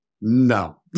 no